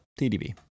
TDB